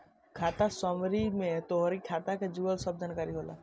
खाता समरी में तोहरी खाता के जुड़ल सब जानकारी होला